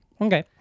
Okay